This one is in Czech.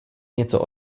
něco